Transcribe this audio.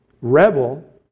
rebel